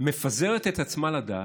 מפזרת את עצמה לדעת,